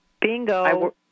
Bingo